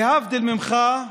להבדיל ממך,